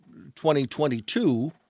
2022